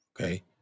okay